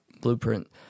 blueprint